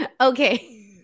Okay